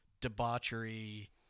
debauchery